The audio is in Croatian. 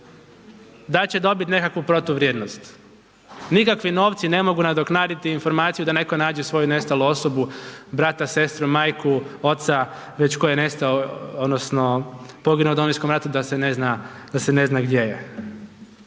da će dobiti nekakvu protuvrijednost. Nikakvi novci ne mogu nadoknaditi informaciju da netko nađe svoju nestalu osobu brata, sestru, majku, oca već tko je nestao odnosno poginuo u Domovinskom ratu da se ne zna gdje je.